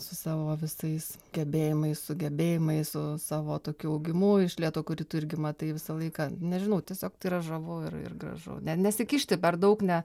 su savo visais gebėjimais sugebėjimais su savo tokiu augimu iš lėto kurį tu irgi matai visą laiką nežinau tiesiog tai yra žavu ir ir gražu net nesikišti per daug ne